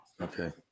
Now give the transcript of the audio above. Okay